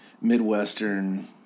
midwestern